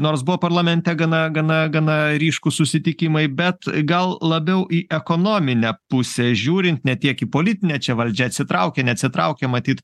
nors buvo parlamente gana gana gana ryškūs susitikimai bet gal labiau į ekonominę pusę žiūrint ne tiek į politinę čia valdžia atsitraukia neatsitraukia matyt